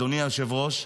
אדוני היושב-ראש,